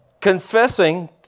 Confessing